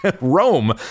Rome